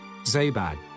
Zabad